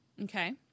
Okay